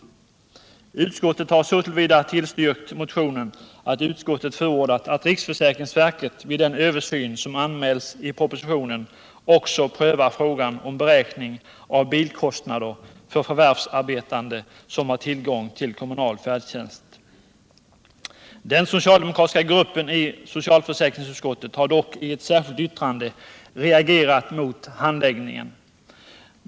Utskottet har så till vida tillstyrkt motionen, att utskottet förordat att riksförsäkringsverket vid den översyn som anmäls i propositionen också prövar frågan om beräkning av bilkostnader för förvärvsarbetande som har tillgång till kommunal färdtjänst. Den socialdemokratiska gruppen i socialförsäkringsutskottet har dock i ett särskilt yttrande reagerat mot handläggningen av frågan.